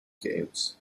games